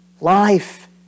Life